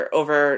over